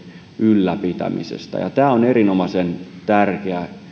ylläpitämisestä tämä on erinomaisen tärkeä